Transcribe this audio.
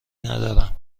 ندارم